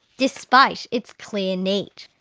despite its clear need.